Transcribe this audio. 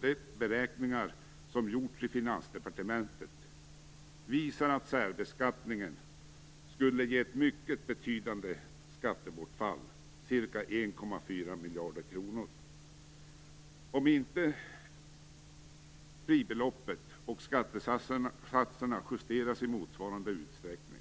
De beräkningar som gjorts i Finansdepartementet visar att särbeskattning skulle ge ett mycket betydande skattebortfall, ca 1,4 miljarder kronor, om inte fribelopp och skattesatser justeras i motsvarande utsträckning.